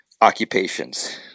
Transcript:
occupations